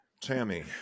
Tammy